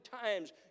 times